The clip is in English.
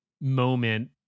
moment